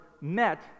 met